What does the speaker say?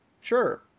Sure